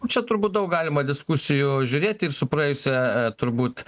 čia turbūt daug galima diskusijų žiūrėti ir su praėjusia turbūt